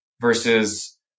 versus